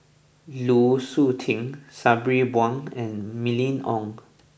Lu Suitin Sabri Buang and Mylene Ong